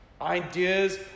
Ideas